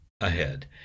ahead